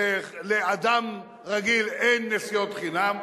לאדם רגיל אין נסיעות חינם.